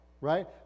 Right